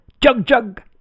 jug-jug